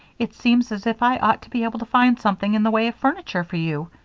it seems as if i ought to be able to find something in the way of furniture for you.